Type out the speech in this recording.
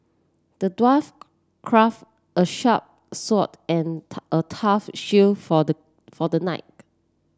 the dwarf craft a sharp sword and a tough shield for the for the knight